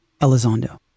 Elizondo